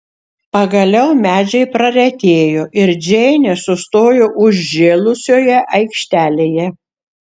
pagaliau medžiai praretėjo ir džeinė sustojo užžėlusioje aikštelėje